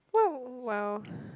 no !wow!